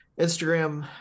Instagram